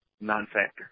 non-factor